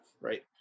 right